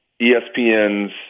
ESPN's